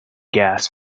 gas